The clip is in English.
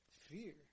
Fear